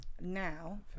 Now